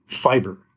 fiber